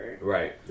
Right